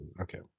Okay